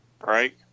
right